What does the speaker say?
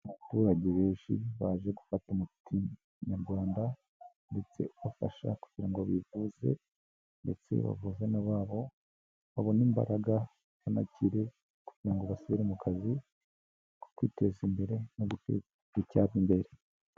Abaturage benshi, baje gufata umuti nyarwanda, ndetse ubafasha kugira ngo bivuze ndetse bavuze na ababo, babone imbaraga, banakire kugira ngo basubire mu kazi kabo, ko kwiteza imbere no guteza igihugu cyacu imbere.